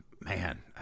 man